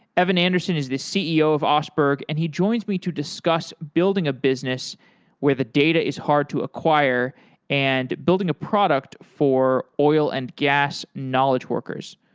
evan anderson is the ceo of oseberg and he joins me to discuss building a business where the data is hard to acquire and building a product for oil and gas knowledge workers.